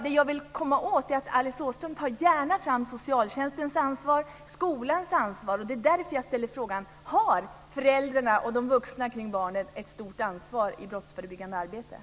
Det jag vill komma åt är att Alice Åström gärna tar fram socialtjänstens ansvar och skolans ansvar. Det är därför jag ställer frågan: Har föräldrarna och de vuxna kring barnen ett stort ansvar i det brottsförebyggande arbetet?